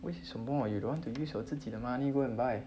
为什么 you don't want use 自己的 money go and buy